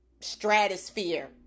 stratosphere